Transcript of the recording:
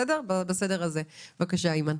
בבקשה, אימאן.